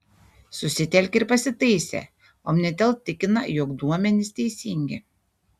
susitelkė ir pasitaisė omnitel tikina jog duomenys teisingi